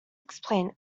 explain